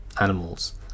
animals